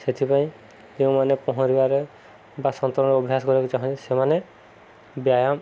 ସେଥିପାଇଁ ଯେଉଁମାନେ ପହଁରିବାରେ ବା ସନ୍ତରଣର ଅଭ୍ୟାସ କରିବାକୁ ଚାହଁନ୍ତି ସେମାନେ ବ୍ୟାୟାମ